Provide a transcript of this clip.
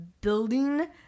building